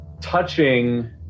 touching